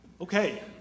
Okay